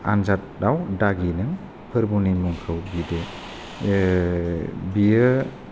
आनजादाव दागि नों पोरबुनि मुंखौ बिदो ओ बियो